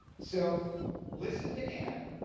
so listen to anne.